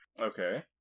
Okay